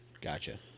Gotcha